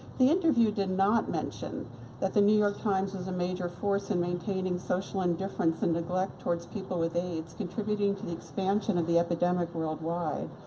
the interview did not mention that the new york times is a major force in maintaining social indifference and neglect towards people with aids, contributing to the expansion of the epidemic worldwide.